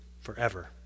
forever